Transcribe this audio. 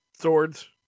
swords